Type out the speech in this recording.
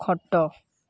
ଖଟ